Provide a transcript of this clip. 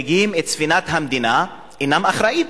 ספינת המדינה, אינם אחראיים